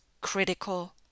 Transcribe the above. critical